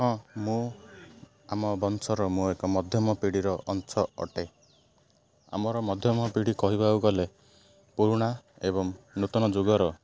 ହଁ ମୁଁ ଆମ ବଂଶର ମୁଁ ଏକ ମଧ୍ୟମ ପିଢ଼ିର ଅଂଶ ଅଟେ ଆମର ମଧ୍ୟମ ପିଢ଼ି କହିବାକୁ ଗଲେ ପୁରୁଣା ଏବଂ ନୂତନ ଯୁଗର